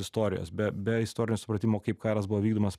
istorijos be be istorinio supratimo kaip karas buvo vykdomas